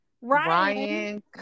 Ryan